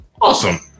Awesome